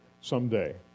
someday